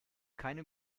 keine